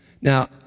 Now